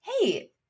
Hey